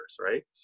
right